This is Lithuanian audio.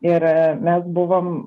ir mes buvom